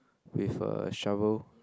with a shovel